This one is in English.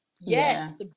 yes